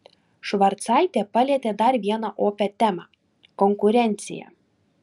švarcaitė palietė dar vieną opią temą konkurenciją